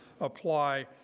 apply